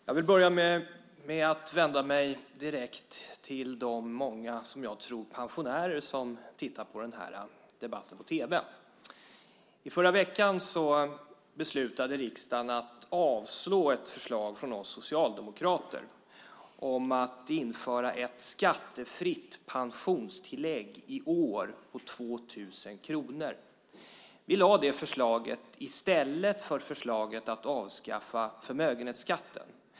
Fru talman! Jag vill börja med att vända mig direkt till de många pensionärer som jag tror tittar på denna debatt på tv. I förra veckan beslutade riksdagen att avslå ett förslag från oss socialdemokrater om att införa ett skattefritt pensionstillägg i år på 2 000 kronor. Vi lade fram det förslaget i stället för förslaget att avskaffa förmögenhetsskatten.